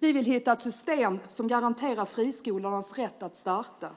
Vi vill hitta ett system som garanterar friskolornas rätt att starta